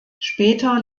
später